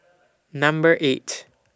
Number eight